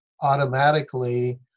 automatically